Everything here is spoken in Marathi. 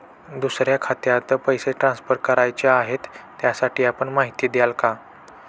दुसऱ्या खात्यात पैसे ट्रान्सफर करायचे आहेत, त्यासाठी आपण माहिती द्याल का?